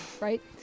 Right